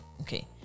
okay